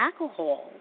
alcohol